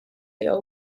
lejha